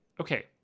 okay